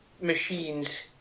machines